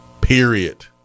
Period